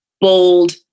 bold